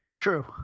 True